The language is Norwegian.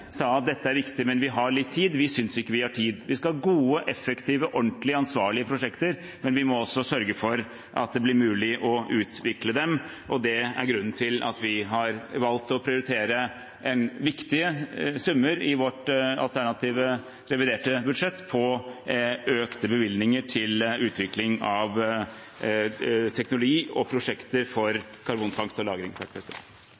sa at dette er viktig, men vi har litt tid. Vi synes ikke vi har tid. Vi skal ha gode, effektive, ordentlige og ansvarlige prosjekter, men vi må også sørge for at det blir mulig å utvikle dem, og det er grunnen til at vi har valgt å prioritere viktige summer i vårt alternative reviderte budsjett på økte bevilgninger til utvikling av teknologi og prosjekter